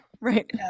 Right